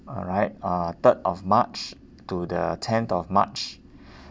alright uh third of march to the tenth of march